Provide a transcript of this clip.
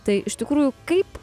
tai iš tikrųjų kaip